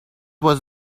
was